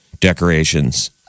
decorations